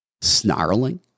snarling